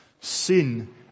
sin